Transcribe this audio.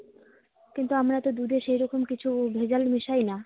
কিন্তু আমরা তো দুধে সেইরকম কিছু ভেজাল মেশাই না